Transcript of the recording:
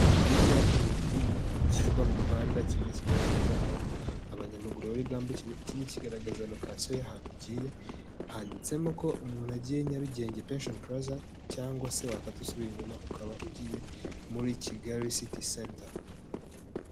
Ni ibyapa bibiri bishyirwa mu muhanda kimwe kigaragaza aho abanyamaguru bari bwambukire, ikindi kigaragaza rokasiyo y'ahantu ugiye handitsemo ko umuntu agiye Nyarugenge pesheni puraza cyangwa se wakata usubira inyuma ukaba ugiye muri kigali siti seta.